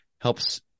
helps